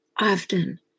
often